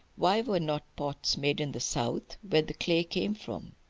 why were not pots made in the south, where the clay came from?